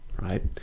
right